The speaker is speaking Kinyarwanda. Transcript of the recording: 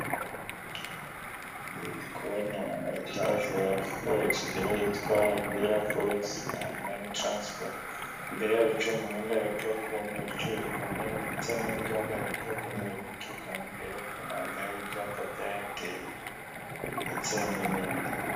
Ndikubona etaje ya forex bureau yitwa vila forex na money transfer, imbere yaho hicaye umuntu wambaye agapira k'umweru wicaye ku ntebe ndetse n'undi wambaye agapira k'umweru uri guturuka imbere kampande hari ibyapa bya airtel ndetse n'ibindi.